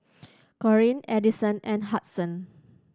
Corene Adison and Hudson